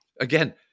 again